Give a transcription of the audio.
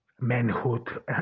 manhood